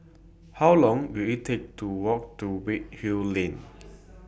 How Long Will IT Take to Walk to Redhill Lane